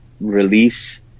release